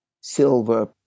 silver